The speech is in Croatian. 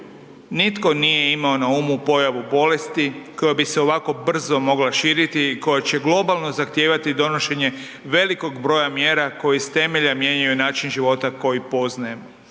nitko nije imao na umu pojavu bolesti koja bi se ovako brzo mogla širiti i koja će globalno zahtijevati donošenje velikog broja mjera koje iz temelja mijenjaju način života koji poznajemo.